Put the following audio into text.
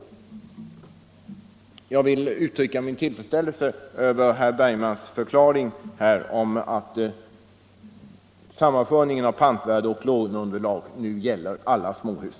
Slutligen vill jag uttrycka min tillfredsställelse över herr Bergmans förklaring att sammanföringen av pantvärde och låneunderlag gäller alla småhus.